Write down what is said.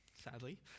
sadly